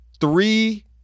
Three